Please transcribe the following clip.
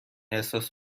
احساس